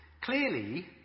Clearly